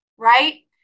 Right